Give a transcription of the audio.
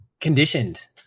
conditioned